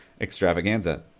extravaganza